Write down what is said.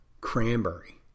Cranberry